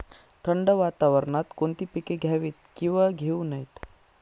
थंड वातावरणात कोणती पिके घ्यावीत? किंवा घेऊ नयेत?